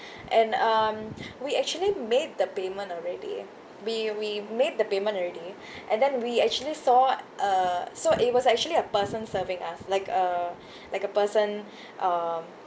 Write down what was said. and um we actually made the payment already we we made the payment already and then we actually saw uh so it was actually a person serving us like a like a person um